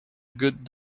good